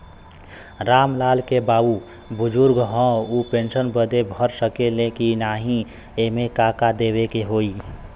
राम लाल के बाऊ बुजुर्ग ह ऊ पेंशन बदे भर सके ले की नाही एमे का का देवे के होई?